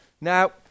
Now